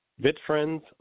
vitfriends